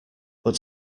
but